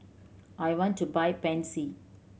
I want to buy Pansy